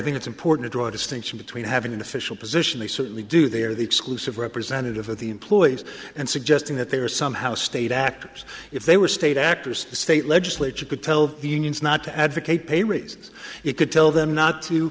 think it's important to draw a distinction between having an official position they certainly do their the exclusive representative of the employees and suggesting that they are somehow state actors if they were state actors the state legislature could tell the unions not to advocate pay raise you could tell them not to